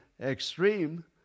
extreme